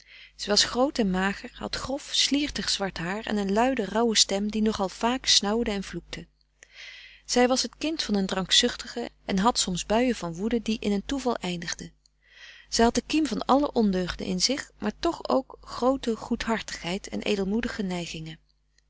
groot en mager had grof sliertig zwart haar en een luide rauwe stem die nog al vaak snauwde en vloekte zij was het kind van een drankzuchtige en had soms buien van woede die in een toeval eindigden ze had de kiem van alle ondeugden in zich maar toch ook groote goedhartigheid en edelmoedige neigingen